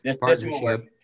partnership